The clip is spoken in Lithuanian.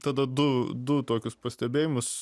tada du du tokius pastebėjimus